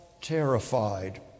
terrified